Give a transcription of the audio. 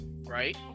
right